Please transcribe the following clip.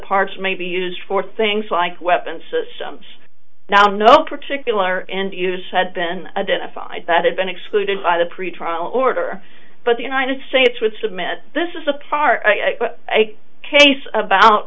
parts may be used for things like weapons systems now no particular end use had been identified that had been excluded by the pretrial order but the united states would submit this is a part a case about